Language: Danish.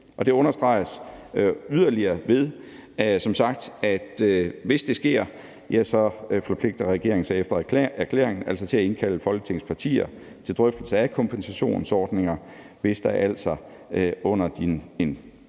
Det understreges yderligere ved, som sagt, at hvis det sker, forpligter regeringen sig efter erklæring til at indkalde Folketingets partier til drøftelse af kompensationsordninger, hvis der altså under en